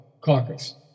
caucus